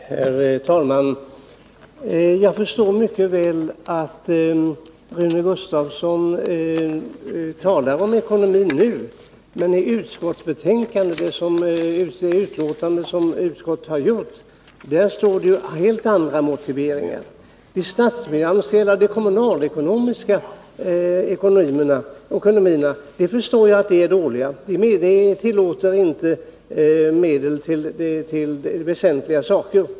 Herr talman! Jag förstår mycket väl att Rune Gustavsson talar om ekonomin nu, men i utskottets skrivning står det helt andra motiveringar. Jag förstår att de kommunala ekonomierna är dåliga, de tillåter inte medel till väsentliga saker.